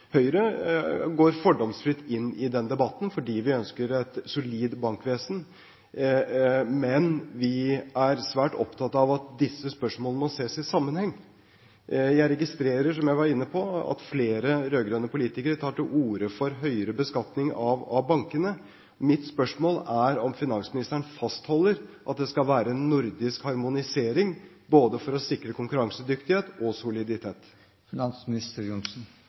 Høyre går fordomsfritt inn i den debatten fordi vi ønsker et solid bankvesen, men vi er svært opptatt av at disse spørsmålene må ses i sammenheng. Jeg registrerer, som jeg var inne på, at flere rød-grønne politikere tar til orde for høyere beskatning av bankene. Mitt spørsmål er: Fastholder finansministeren at det skal være nordisk harmonisering for å sikre både konkurransedyktighet og soliditet?